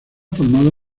formado